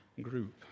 group